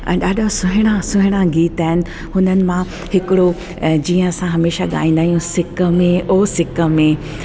ऐं ॾाढा सुहिणा सुहिणा गीत आहिनि हुननि मां हिकिड़ो ऐं जीअं असां हमेशह गाईंदा आहियूं सिक में ओ सिक में